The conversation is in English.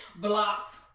Blocked